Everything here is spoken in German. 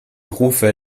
rufe